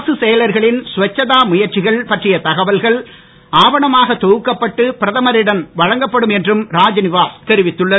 அரசுச் செயலர்களின் ஸ்வச்சதா முயற்சிகள் பற்றிய தகவல்கள் ஆவணமாக தொகுக்கப்பட்டு பிரதமரிடம் வழங்கப்படும் என்றும் ராஜ்நிவாஸ் தெரிவித்துள்ளது